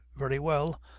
very well,